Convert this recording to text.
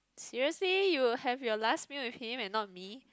seriously you will have your last meal with him and not me